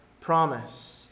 promise